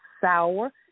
sour